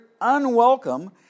unwelcome